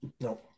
No